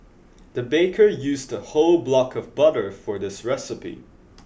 the baker used a whole block of butter for this recipe